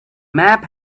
map